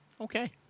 Okay